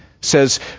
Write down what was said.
says